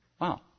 Wow